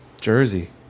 Jersey